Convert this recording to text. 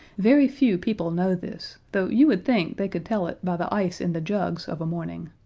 very few people know this, though you would think they could tell it by the ice in the jugs of a morning.